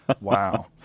Wow